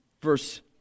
verse